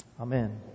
amen